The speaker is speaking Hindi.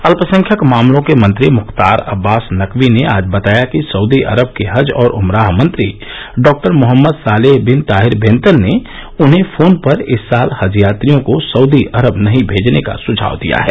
अल्पसंख्यक मामलों के मंत्री मुख्तार अब्बास नकवी ने आज बताया कि सऊदी अरब के हज और उमराह मंत्री Dr Mohammed Saleh bin Tahir Bentan ने उन्हें फोन पर इस साल हज यात्रियों को सउदी अरब नहीं भेजने का सुझाव दिया है